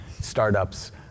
startups